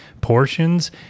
portions